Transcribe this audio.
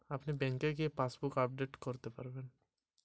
আমি পাসবই আপডেট কিভাবে করাব?